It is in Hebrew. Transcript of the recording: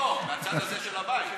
לא, הצד הזה של הבית.